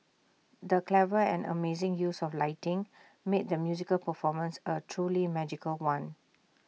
the clever and amazing use of lighting made the musical performance A truly magical one